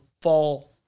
Fall